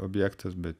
objektas bet